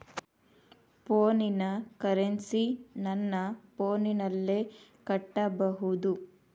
ಫೋನಿನ ಕರೆನ್ಸಿ ನನ್ನ ಫೋನಿನಲ್ಲೇ ಕಟ್ಟಬಹುದು?